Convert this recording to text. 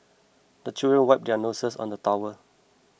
the children wipe their noses on the towel